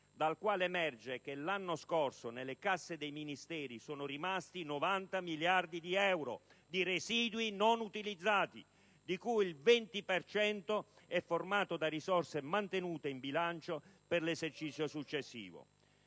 dal quale emerge che l'anno scorso nelle casse dei Ministeri sono rimasti 90 miliardi di euro di residui non utilizzati, di cui il 20 per cento è formato da risorse mantenute in bilancio per l'esercizio successivo.